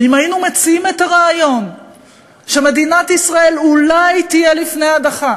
אם היינו מציעים את הרעיון שמדינת ישראל אולי תהיה לפני הדחה